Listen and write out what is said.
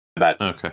Okay